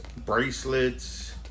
Bracelets